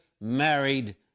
married